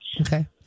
Okay